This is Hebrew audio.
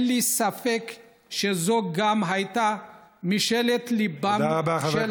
אין לי ספק שזו גם הייתה משאלת ליבם של